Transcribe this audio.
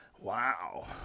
wow